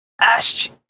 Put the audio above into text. Ash